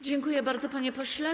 Dziękuję bardzo, panie pośle.